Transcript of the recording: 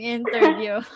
interview